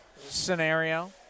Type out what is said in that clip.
scenario